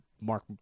Mark